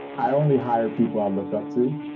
i only hire people i look up to.